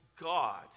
God